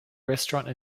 restaurant